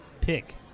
pick